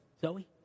Zoe